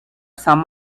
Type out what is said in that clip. some